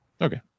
Okay